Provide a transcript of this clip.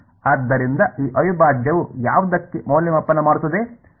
ಆದ್ದರಿಂದ ಈ ಅವಿಭಾಜ್ಯವು ಯಾವುದಕ್ಕೆ ಮೌಲ್ಯಮಾಪನ ಮಾಡುತ್ತದೆ